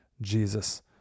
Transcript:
Jesus